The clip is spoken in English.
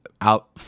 out